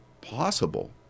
possible